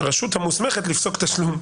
כרשות המוסמכת לפסוק תשלום.